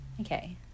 Okay